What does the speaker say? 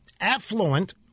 affluent